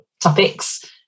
topics